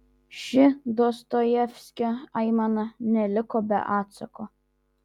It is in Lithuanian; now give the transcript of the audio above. ši dostojevskio aimana neliko be atsako